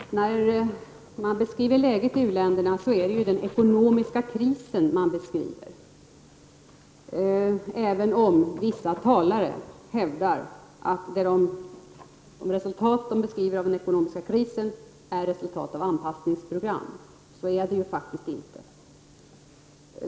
Fru talman! När man beskriver läget i u-länderna är det den ekonomiska krisen man beskriver, även om vissa talare hävdar att de resultat som beskrivs av den ekonomiska krisen är resultat av anpassningsprogram. Men så är det faktiskt inte.